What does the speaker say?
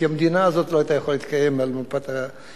כי המדינה הזאת לא היתה יכולה להתקיים על מפת החלוקה.